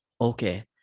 okay